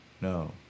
No